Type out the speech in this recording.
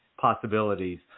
possibilities